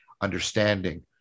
understanding